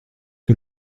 que